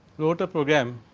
wrote a program